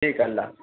ٹھیک ہے اللہ حافظ